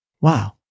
Wow